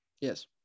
Yes